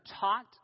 taught